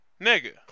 Nigga